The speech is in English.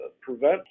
prevent